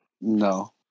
No